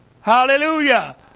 Hallelujah